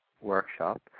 workshop